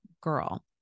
girl